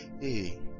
Hey